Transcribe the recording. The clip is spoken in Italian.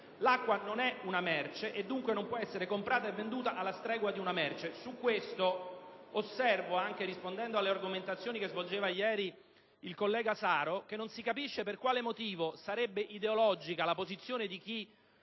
L'acqua non è una merce e quindi non può essere comprata e venduta alla stregua di una merce. Nel merito, anche rispondendo alle argomentazioni che svolgeva ieri il collega Saro, osservo che non si capisce per quale motivo sarebbe ideologica la posizione di chi